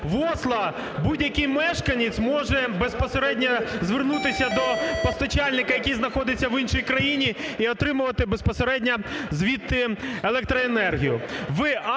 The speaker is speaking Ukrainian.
В Осло будь-який мешканець може безпосередньо звернутись до постачальника, який знаходиться в іншій країні і отримувати безпосередньо звідти електроенергію.